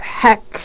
heck